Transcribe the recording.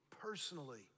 personally